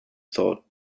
thought